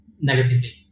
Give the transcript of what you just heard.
negatively